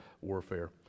warfare